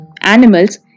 Animals